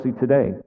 today